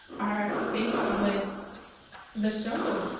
are faced with the struggle.